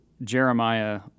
jeremiah